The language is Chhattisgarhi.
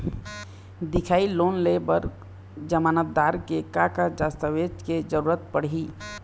दिखाही लोन ले बर जमानतदार के का का दस्तावेज के जरूरत पड़ही?